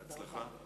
בהצלחה.